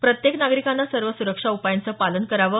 प्रत्येक नागरिकाने सर्व सुरक्षा उपायांचं पालन करावं